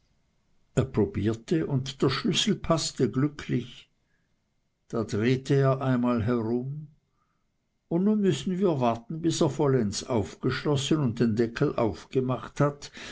er probierte und der schlüssel paßte glücklich da drehte er einmal herum und nun müssen wir warten bis er vollends aufgeschlossen und den deckel aufgemacht hat